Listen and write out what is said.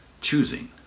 choosing